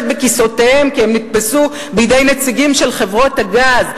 בכיסאותיהם כי הם נתפסו בידי נציגים של חברות הגז.